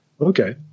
Okay